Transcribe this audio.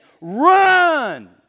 Run